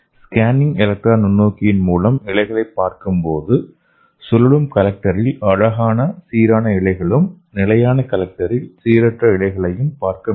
scanning electron நுண்ணோக்கின் மூலம் இழைகளைப் பார்க்கும்போது சுழலும் கலெக்டரில் அழகான சீரான இழைகளும் நிலையான கலெக்டரில் சீரற்ற இழைகளையும் பார்க்க முடியும்